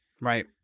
Right